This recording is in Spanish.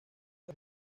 del